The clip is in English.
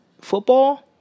football